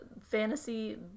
fantasy